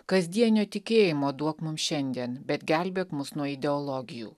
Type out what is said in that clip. kasdienio tikėjimo duok mum šiandien bet gelbėk mus nuo ideologijų